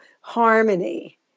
harmony